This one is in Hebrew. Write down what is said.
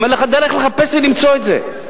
גם אין לך דרך לחפש ולמצוא את זה.